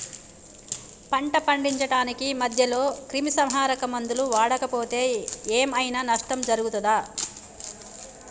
పంట పండించడానికి మధ్యలో క్రిమిసంహరక మందులు వాడకపోతే ఏం ఐనా నష్టం జరుగుతదా?